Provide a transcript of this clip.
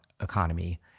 economy